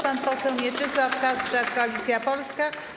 Pan poseł Mieczysław Kasprzak, Koalicja Polska.